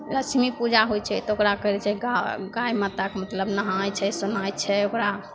लक्ष्मी पूजा होइ छै तऽ ओकरा कहै छै गाइ गाइ माताके मतलब नहाइ छै सोनाइ छै ओकरा